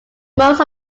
most